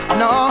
no